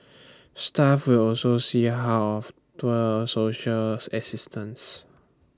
staff will also see how of to A social assistance